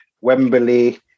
Wembley